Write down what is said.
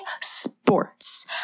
sports